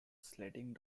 sledding